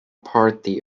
party